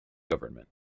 government